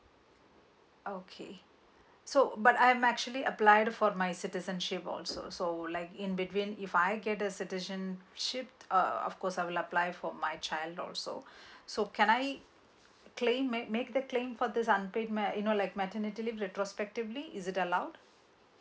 okay so but I'm actually applying for my citizenship also so like in between if I get a citizenship uh of course I will apply for my child also so can I claim make the claim for this unpaid like maternity leave retrospectively is it allowed